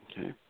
Okay